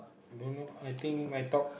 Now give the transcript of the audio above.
don't now I think I talk